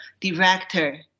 director